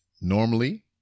Normally